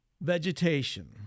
vegetation